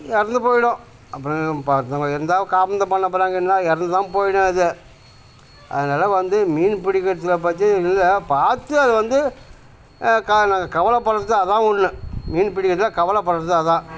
இறந்து போய்விடும் அப்புறம் பார்த்தவன் இருந்தால் காபந்து பண்ணப் போகிறாங்க இல்லைன்னா இறந்து தான் போயிவிடும் அது அதனால் வந்து மீன் பிடிக்கிறதில் பற்றி இல்லை பார்த்து அதை வந்து கா நாங்கள் கவலைப்பட்றது அதுதான் ஒன்று மீன் பிடிக்கிறதில் கவலப்படுறது அதான்